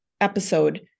episode